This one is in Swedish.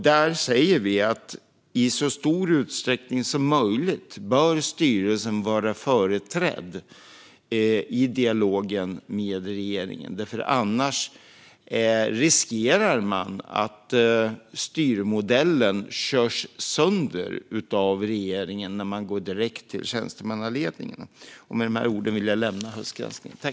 Där säger vi att styrelsen i så stor utsträckning som möjligt bör vara företrädd i dialogen med regeringen, för annars riskerar man att styrmodellen körs sönder av regeringen när man går direkt till tjänstemannaledningen. Med dessa ord vill jag lämna höstgranskningen.